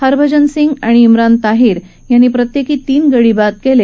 हरभजन सिंह आणि शिरान ताहीर यांनी प्रत्येकी तीन गडी बाद केले